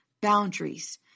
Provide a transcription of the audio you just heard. boundaries